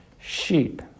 sheep